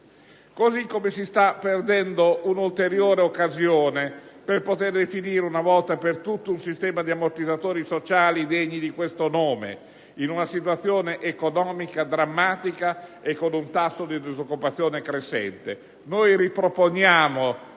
Così come si sta perdendo un'ulteriore occasione per definire, una volta per tutte, un sistema di ammortizzatori sociali degno di questo nome, in una situazione economica drammatica, con un tasso di disoccupazione crescente.